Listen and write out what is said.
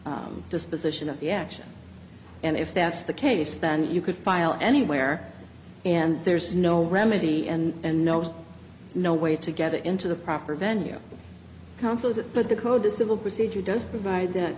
disposition of the action and if that's the case then you could file anywhere and there's no remedy and no no way to get it into the proper venue counsels but the code the civil procedure does provide that